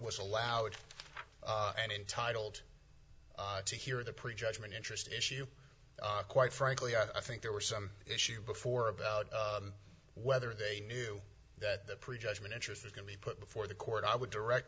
was allowed and intitled to hear the pre judgment interest in quite frankly i think there was some issue before about whether they knew that the pre judgment interest was going to be put before the court i would direct